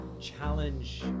challenge